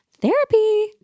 Therapy